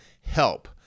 Help